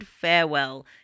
farewell